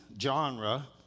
genre